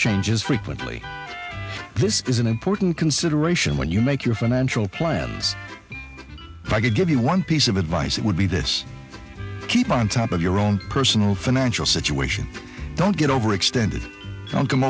changes frequently this is an important consideration when you make your financial plan i could give you one piece of advice it would be this keep on top of your own personal financial situation don't get overextended sound come